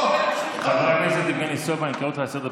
לא, אבל מי שהוא לא,